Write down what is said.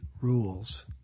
rules